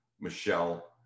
Michelle